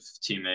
teammate